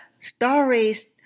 stories